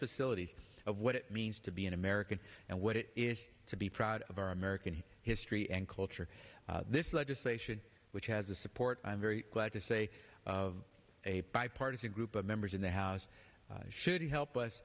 facilities of what it means to be an american and what it is to be proud of our american history and culture this legislation which has the support i'm very glad to say of a bipartisan group of members in the house should help us